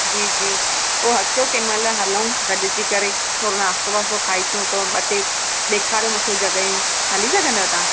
जी जी पोइ अचऊं कंहिं महिल हलऊं गॾु जी करे थोरो नाश्तो वाश्तो खाई चऊं थोरो ॿ टे ॾेखारियो मूंखे जॻहियूं हली सघंदा तव्हां